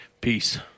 Peace